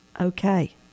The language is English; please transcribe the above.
Okay